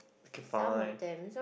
okay fine